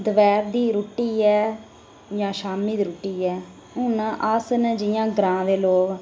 दपैह्र दी रुट्टी ऐ जां शामीं दी रुट्टी ऐ हून अस न जि'यां ग्रांऽ दे लोक